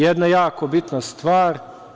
Jedna jako bitna stvar.